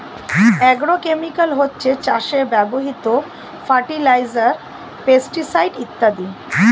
agrochemical হচ্ছে চাষে ব্যবহৃত ফার্টিলাইজার, পেস্টিসাইড ইত্যাদি